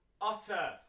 Otter